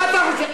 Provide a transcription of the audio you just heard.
מה אתה חושב?